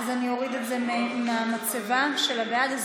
אז אני אוריד את זה מהמצבה של הבעד.